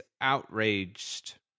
outraged